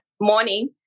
morning